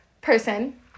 person